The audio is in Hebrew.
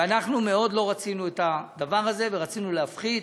ואנחנו מאוד לא רצינו את הדבר הזה ורצינו להפחית.